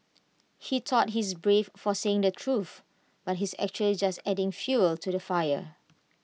he thought he's brave for saying the truth but he's actually just adding fuel to the fire